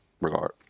regard